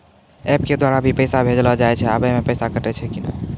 App के द्वारा भी पैसा भेजलो जाय छै आबै मे पैसा कटैय छै कि नैय?